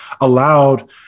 allowed